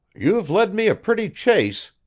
you've led me a pretty chase,